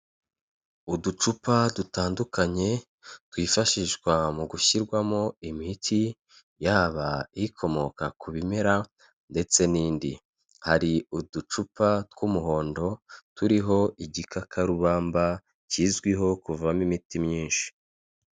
Uducupa dutandukanye twifashishwa mu gushyirwamo imiti yaba ikomoka ku bimera ndetse n'indi, hari uducupa tw'umuhondo turiho igikakarubamba kizwiho kuvamo imiti myinshi.